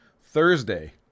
Thursday